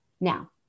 Now